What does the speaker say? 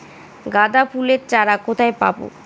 গাঁদা ফুলের চারা কোথায় পাবো?